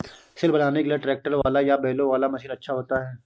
सिल बनाने के लिए ट्रैक्टर वाला या बैलों वाला मशीन अच्छा होता है?